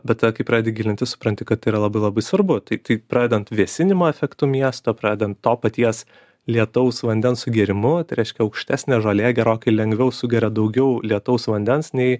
bet tada kai pradedi gilintis supranti kad tai yra labai labai svarbu tai tai pradedant vėsinimo efektu miesto pradedan to paties lietaus vandens sugėrimu tai reiškia aukštesnė žolė gerokai lengviau sugeria daugiau lietaus vandens nei